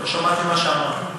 לא שמעתי מה שאמרת.